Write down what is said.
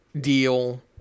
deal